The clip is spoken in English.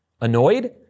annoyed